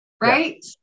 right